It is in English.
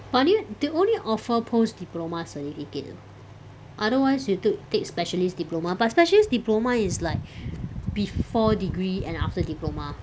but then they only offer post diploma certificate otherwise you took take specialist diploma but specialist diploma is like before degree and after diploma